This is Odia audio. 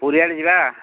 ପୁରୀ ଆଡ଼େ ଯିବା